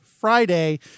Friday